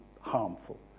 harmful